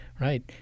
right